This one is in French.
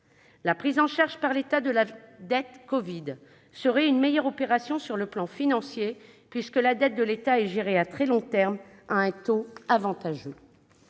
La prise en charge par l'État de la « dette covid » serait une meilleure opération sur le plan financier, puisque la dette de l'État est gérée à très long terme à un taux avantageux.